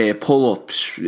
pull-ups